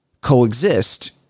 coexist